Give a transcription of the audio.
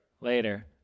Later